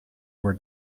were